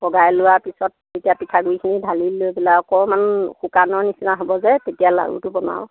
পগাই লোৱাৰ পিছত তেতিয়া পিঠাগুড়িখিনি ঢালি লৈ পেলাই অকণমান শুকানৰ নিচিনা হ'ব যে তেতিয়া লাড়ুটো বনাওঁ